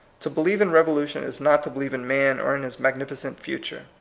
to believe in revolution is not to believe in man or in his magnificent future.